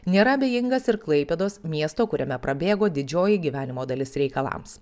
nėra abejingas ir klaipėdos miesto kuriame prabėgo didžioji gyvenimo dalis reikalams